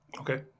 Okay